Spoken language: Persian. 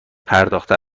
پرداخته